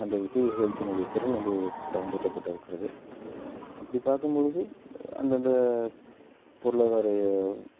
அந்த விசையை செலுத்தினுடைய திறன் வந்து பயன்படுத்தப்பட்டு இருக்கிறது அப்படி பார்க்கும் பொழுது அந்தந்த பொருளாதார